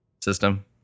system